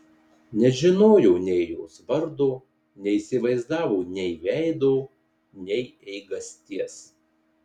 nežinojo nei jos vardo neįsivaizdavo nei veido nei eigasties